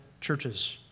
churches